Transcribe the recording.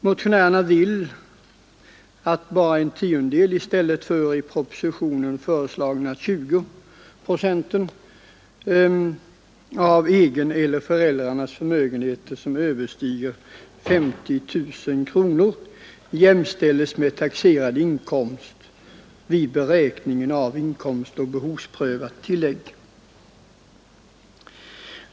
Motionärerna vill att endast en tiondel i stället för i propositionen föreslagna en femtedel av egen eller föräldrarnas sammanlagda förmögenhet som överstiger 50 000 kronor jämställs med taxerad inkomst vid beräkning av inkomstoch behovsprövat tillägg.